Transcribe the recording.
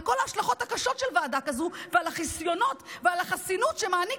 על כל ההשלכות הקשות של ועדה כזאת ועל החסיונות ועל החסינות שמעניק